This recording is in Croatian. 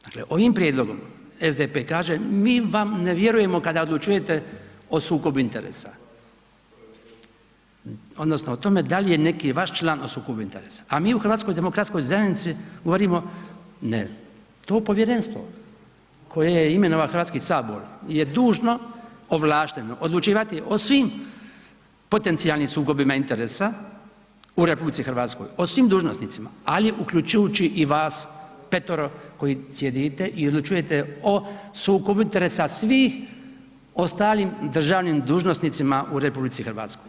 Dakle, ovim prijedlogom SDP kaže mi vam ne vjerujemo kada odlučujete o sukobu interesa odnosno o tome da li je neki vaš član u sukobu interesa, a mi u HDZ-u govorimo ne to povjerenstvo koje je imenovao Hrvatski sabor je dužno, ovlašteno odlučivati o svim potencijalnim sukobima interesa u RH, o svim dužnosnicima, ali uključujući i vas 5-ero koji sjedite i odlučujete o sukobu interesa svih ostalim državnim dužnosnicima u RH.